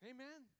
Amen